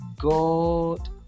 God